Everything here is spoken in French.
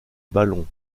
ballons